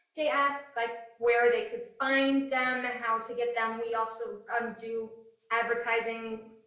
they ask like where they could find them and how to get them we also um do advertising,